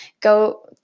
go